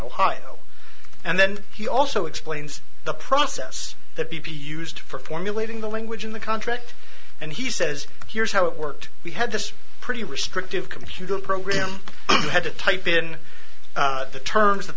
ohio and then he also explains the process that b p used for formulating the language in the contract and he says here's how it worked we had this pretty restrictive computer program had to type in the terms